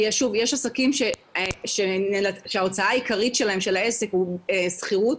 כי יש עסקים שההוצאה העיקרית של העסק היא שכירות,